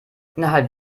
innerhalb